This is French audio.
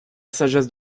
sagesse